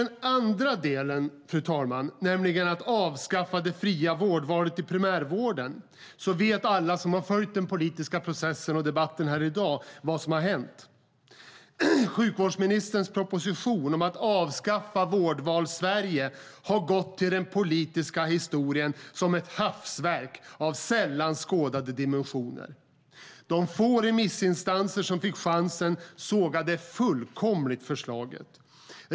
Vad gäller den andra delen, att avskaffa det fria vårdvalet i primärvården, vet alla som har följt den politiska processen och debatten i dag vad som har hänt. Sjukvårdsministerns proposition om att avskaffa vårdval i Sverige har gått till den politiska historien som ett hafsverk av sällan skådade dimensioner. De få remissinstanser som fick chansen sågade fullkomligt förslaget.